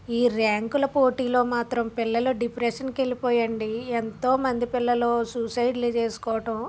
ఈ ర్యాంకుల పోటీలో మాత్రం పిల్లలు డిప్రెషన్కి వెళ్లి పోయండి ఎంతోమంది పిల్లలు సూసైడ్లు చేసుకోవటం